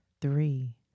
three